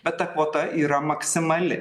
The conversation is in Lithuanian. bet ta kvota yra maksimali